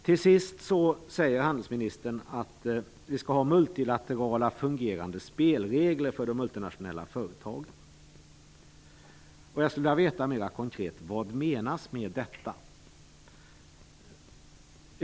Till sist säger handelsministern att vi skall ha multilaterala fungerande spelregler för de multinationella företagen. Jag skulle vilja veta mer konkret: Vad menas med detta?